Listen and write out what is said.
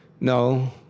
No